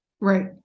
Right